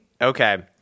Okay